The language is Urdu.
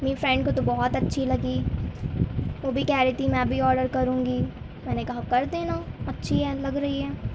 میری فرینڈ کو تو بہت اچّھی لگی وہ بھی کہہ رہی تھی میں بھی آڈر کروں گی میں نے کہا کر دینا اچّھی ہے لگ رہی ہے